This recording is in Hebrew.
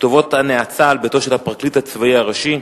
כתובות הנאצה על ביתו של הפרקליט הצבאי הראשי,